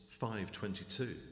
5.22